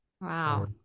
wow